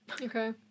okay